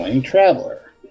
Traveler